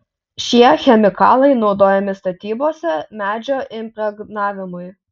šie chemikalai naudojami statybose medžio impregnavimui